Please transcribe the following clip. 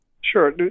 Sure